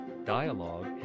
dialogue